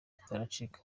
bataracika